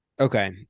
Okay